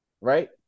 right